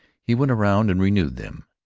he went around and renewed them.